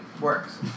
works